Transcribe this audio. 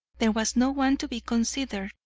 there was no one to be considered,